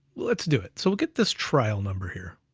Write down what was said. let's do it. so we'll get this trial number here.